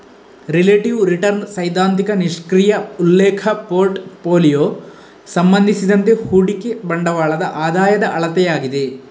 relative return ಸೈದ್ಧಾಂತಿಕ ನಿಷ್ಕ್ರಿಯ ಉಲ್ಲೇಖ ಪೋರ್ಟ್ ಫೋಲಿಯೊ ಸಂಬಂಧಿಸಿದಂತೆ ಹೂಡಿಕೆ ಬಂಡವಾಳದ ಆದಾಯದ ಅಳತೆಯಾಗಿದೆ